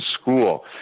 school